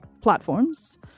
platforms